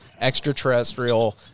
extraterrestrial